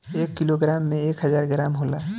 एक किलोग्राम में एक हजार ग्राम होला